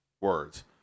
words